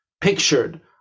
pictured